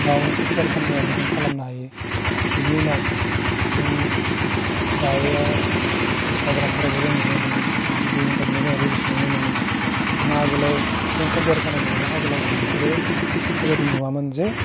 माबा मोनसे सेयार खालामनोबाबो जों खालामनो हायो बेनि उनाव जों दायो इनस्टाग्रामफोरावबो जों नुनो मोनो बे भिडिअ' इन्टारनेटआव जोंहा रिल्स नुनो मोनो जोंहा आगोलाव जों कमपेयार खालामनो थांबा आगोलाव जों बेफोरो बिफोरबायदि नुवामोन जे